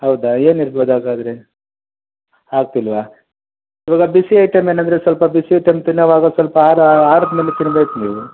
ಹೌದಾ ಏನಿರ್ಬೋದಾಗಾದ್ರೆ ಆಗ್ತಿಲ್ವಾ ಇವಾಗ ಬಿಸಿ ಐಟಮ್ ಏನಾದರೂ ಸ್ವಲ್ಪ ಬಿಸಿ ತಿನ್ನು ತಿನ್ನುವಾಗ ಸ್ವಲ್ಪ ಆರಿ ಆರಿದ ಮೇಲೆ ತಿನ್ಬೇಕು ನೀವು